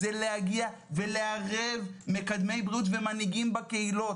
זה להגיע ולערב מקדמי בריאות ומנהיגים בקהילות.